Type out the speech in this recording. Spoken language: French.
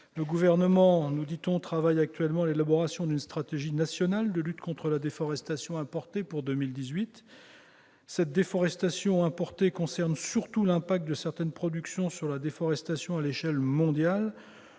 Le Gouvernement travaille actuellement à l'élaboration d'une stratégie nationale de lutte contre la déforestation importée pour 2018. Celle-ci concerne surtout l'impact de certaines productions sur la déforestation à l'échelle mondiale.